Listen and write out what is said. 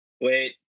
wait